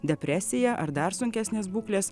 depresija ar dar sunkesnės būklės